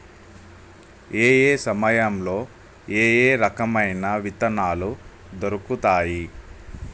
ఏయే సమయాల్లో ఏయే రకమైన విత్తనాలు దొరుకుతాయి?